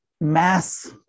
mass